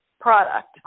product